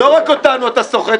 לא רק אותנו אתה סוחט,